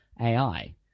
AI